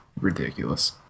ridiculous